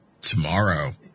Tomorrow